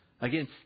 Again